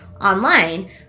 online